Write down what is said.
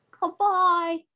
Goodbye